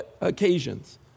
occasions